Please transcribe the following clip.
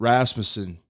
Rasmussen